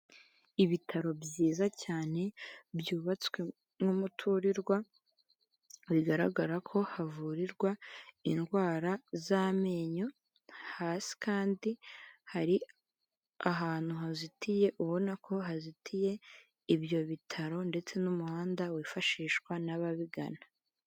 Ibitaro byiza cyane, byubatswe nk'umuturirwa, bigaragara ko havurirwa indwara z'amenyo, hasi kandi hari ahantu hazitiye, ubona ko hazitiye ibyo bitaro, ndetse n'umuhanda wifashishwa n'ababigana.